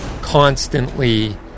constantly